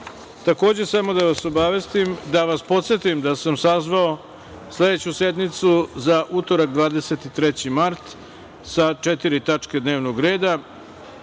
godini. Takođe, samo da vas obavestim i da vas podsetim da sam sazvao sledeću sednicu za utorak, 23. mart, sa četiri tačke dnevnog reda.